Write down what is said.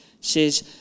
says